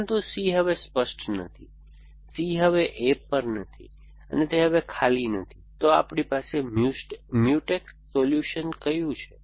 પરંતુ C હવે સ્પષ્ટ નથી C હવે A પર નથી અને તે હવે ખાલી નથી તો આપણી પાસે મ્યુટેક્સ સોલ્યુશન્સ ક્યુ છે